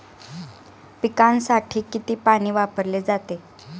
पिकांसाठी किती पाणी वापरले जाते?